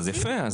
יפה,